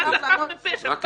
מה זה חף מפשע?